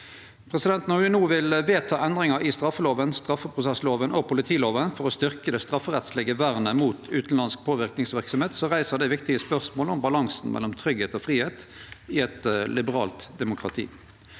Når me no vil vedta endringar i straffeloven, straffeprosessloven og politiloven for å styrkje det stafferettslege vernet mot utanlandsk påverkingsverksemd, reiser det viktige spørsmål om balansen mellom tryggleik og fridom i eit liberalt demokrati.